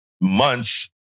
months